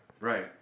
Right